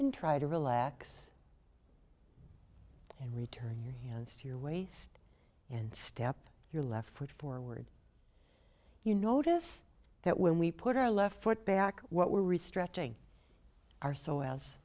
and try to relax and return your hands to your waist and step your left foot forward you notice that when we put our left foot back what we're really stretching are so else